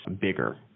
bigger